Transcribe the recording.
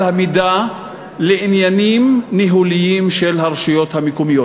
המידה לעניינים ניהוליים של הרשויות המקומיות.